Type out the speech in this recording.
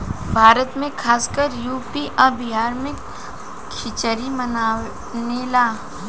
भारत मे खासकर यू.पी आ बिहार मे खिचरी मानेला